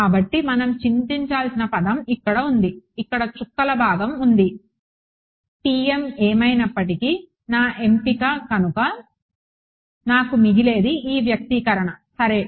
కాబట్టి మనం చింతించాల్సిన పదం ఇక్కడ ఉంది ఇక్కడ చుక్కల భాగం ఉంది TM ఏమైనప్పటికీ నా ఎంపిక కనుక నాకు మిగిలేది ఈ వ్యక్తీకరణ సరే